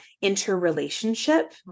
interrelationship